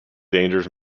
dangers